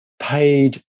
paid